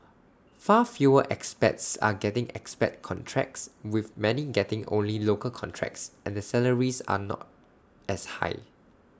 far fewer expats are getting expat contracts with many getting only local contracts and the salaries are not as high